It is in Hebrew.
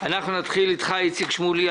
נתחיל עם חבר הכנסת איציק שמולי,